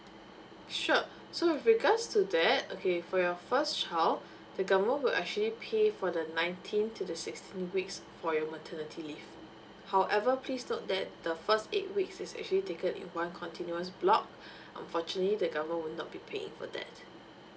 sure so with regards to that okay for your first child the government will actually pay for the nineteen to the sixteen weeks for your maternity leave however please note that the first eight weeks is actually taken in one continuous block unfortunately the government will not be paying for that